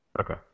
Okay